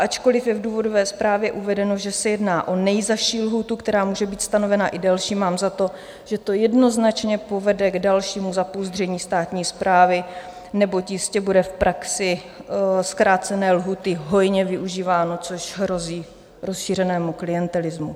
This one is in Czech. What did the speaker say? Ačkoli je v důvodové zprávě uvedeno, že se jedná o nejzazší lhůtu, která může být stanovena i delší, mám za to, že to jednoznačně povede k dalšímu zapouzdření státní správy, neboť jistě bude v praxi zkrácené lhůty hojně využíváno, což hrozí rozšířenému klientelismu.